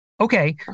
Okay